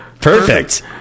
perfect